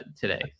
today